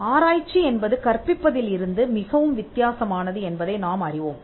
ஆராய்ச்சி என்பது கற்பிப்பதில் இருந்து மிகவும் வித்தியாசமானது என்பதை நாம் அறிவோம்